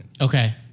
Okay